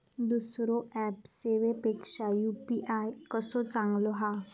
दुसरो ऍप सेवेपेक्षा यू.पी.आय कसो चांगलो हा?